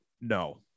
no